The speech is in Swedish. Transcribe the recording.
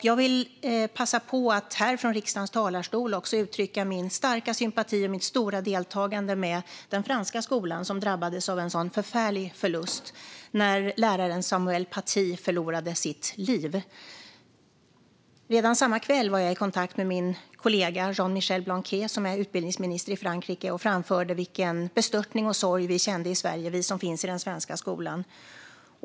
Jag vill passa på att här från riksdagens talarstol uttrycka min starka sympati för och mitt stora deltagande med den franska skola som drabbades av en sådan förfärlig förlust när läraren Samuel Paty förlorade sitt liv. Redan samma kväll var jag i kontakt med min kollega Jean-Michel Blanquer, som är utbildningsminister i Frankrike, och framförde vilken bestörtning och sorg vi kände i Sverige, vi som finns i den svenska skolan.